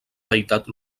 deïtat